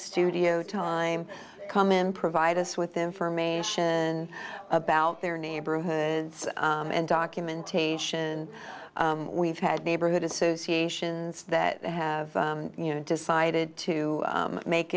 studio time come in provide us with information about their neighborhoods and documentation we've had neighborhood associations that have you know decided to make